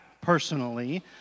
personally